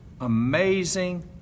amazing